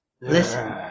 Listen